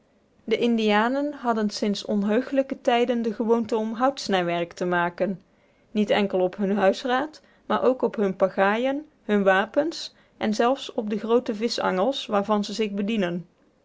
de indianen hadden sinds onheugelijke tijden de gewoonte om houtsnijwerk te maken niet enkel op hun huisraad maar ook op hun pagaaien hunne wapens en zelfs op de groote vischangels waarvan ze zich bedienen